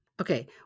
Okay